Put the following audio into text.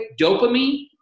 dopamine